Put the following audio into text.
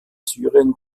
syrien